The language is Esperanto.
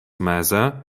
meze